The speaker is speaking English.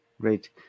great